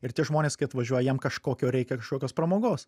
ir tie žmonės kai atvažiuoja jiem kažkokio reikia kažkokios pramogos